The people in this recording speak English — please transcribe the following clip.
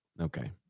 Okay